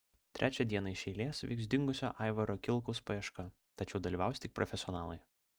trečią dieną iš eilės vyks dingusio aivaro kilkaus paieška tačiau dalyvaus tik profesionalai